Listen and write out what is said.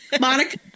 Monica